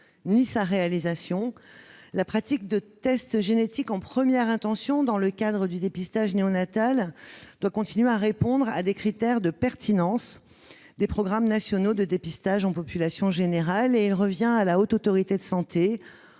ni sa réalisation. La pratique de tests génétiques en première intention dans le cadre du dépistage néonatal doit continuer à répondre aux critères de pertinence des programmes nationaux de dépistage en population générale. Il revient à la Haute Autorité de santé